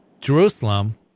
Jerusalem